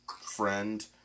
friend